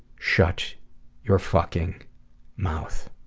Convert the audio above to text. shut your fucking mouth.